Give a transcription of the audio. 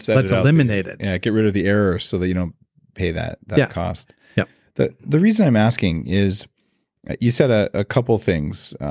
so let's eliminate it yeah, get rid of the errors so that you don't pay that that cost yep the the reason i'm asking is you said a ah couple things.